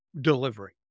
delivery